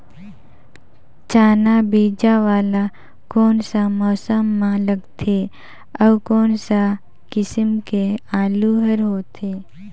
चाना बीजा वाला कोन सा मौसम म लगथे अउ कोन सा किसम के आलू हर होथे?